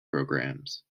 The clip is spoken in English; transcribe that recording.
programs